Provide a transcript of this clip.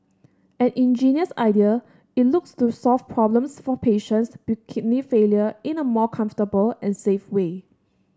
an ingenious idea it looks to solve problems for patients with kidney failure in a more comfortable and safe way